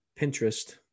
pinterest